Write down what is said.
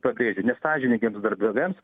pabrėžiu nesąžiningiems darbdaviams